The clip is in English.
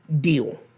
deal